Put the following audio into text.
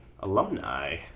alumni